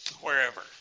wherever